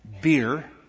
Beer